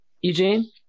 Eugene